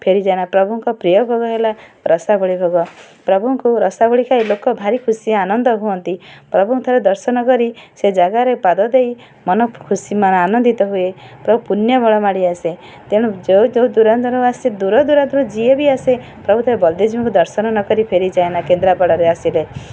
ଫେରିଯାଏନା ପ୍ରଭୁଙ୍କ ପ୍ରିୟ ଭୋଗ ହେଲା ରସାବଳି ଭୋଗ ପ୍ରଭୁଙ୍କୁ ରସାବଳି ଖାଇ ଲୋକ ଭାରି ଖୁସି ଆନନ୍ଦ ହୁଅନ୍ତି ପ୍ରଭୁଙ୍କୁ ଥରେ ଦର୍ଶନ କରି ସେ ଜାଗାରେ ପାଦ ଦେଇ ମନ ଖୁସି ମାନେ ଆନନ୍ଦିତ ହୁଏ ପ୍ରଭୁ ପୂଣ୍ୟ ବଳ ମାଡ଼ି ଆସେ ତେଣୁ ଯେଉଁ ଯେଉଁ ଦୂରାନ୍ତରୁ ଆସେ ଦୂର ଦୂରାନ୍ତରୁ ଯିଏ ବି ଆସେ ପ୍ରଭୁ ଥରେ ବଳଦେବ ଜୀଉଙ୍କୁ ଦର୍ଶନ ନ କରି ଫେରିଯାଏନା କେନ୍ଦ୍ରାପଡ଼ରେ ଆସିଲେ